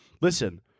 Listen